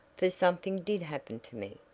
for something did happen to me.